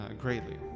greatly